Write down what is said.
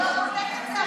זה מה שאני אומרת.